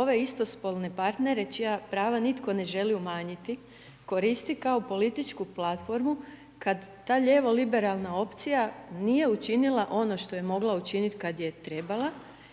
ove istospolne partnere, čija prava nitko ne želi umanjiti koristi kao političku platformu, kada ta lijevo liberalna opcija, nije učinila, ono što je mogla učiniti, kada je trebala